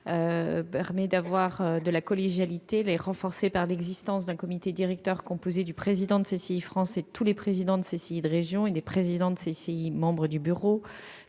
permet déjà la collégialité. En effet, un comité directeur composé du président de CCI France, de tous les présidents de CCI de région et des présidents de CCI membres du bureau